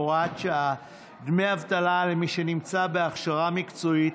הוראת שעה) (דמי אבטלה למי שנמצא בהכשרה מקצועית),